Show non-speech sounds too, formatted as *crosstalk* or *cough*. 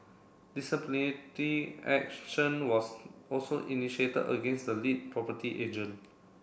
*unintelligible* action was also initiated against the lead property agent